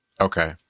Okay